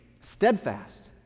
steadfast